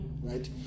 right